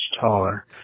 taller